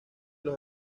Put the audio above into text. los